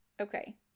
okay